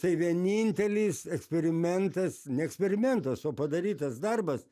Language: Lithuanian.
tai vienintelis eksperimentas ne eksperimentas o padarytas darbas